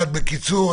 בבקשה.